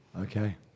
Okay